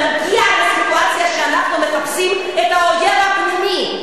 שנגיע לסיטואציה שאנחנו מחפשים את האויב הפנימי.